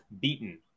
beaten